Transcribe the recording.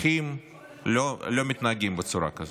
אחים לא מתנהגים בצורה כזאת.